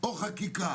או חקיקה